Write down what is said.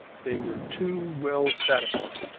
they were too well satisfied.